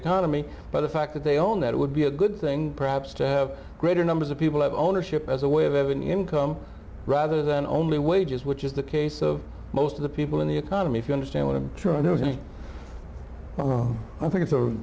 economy by the fact that they own that it would be a good thing perhaps to have greater numbers of people have ownership as a way of evan income rather than only wages which is the case of most of the people in the economy if you understand what i'm trying to say i think